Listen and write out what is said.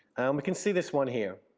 but can see this one here.